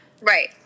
right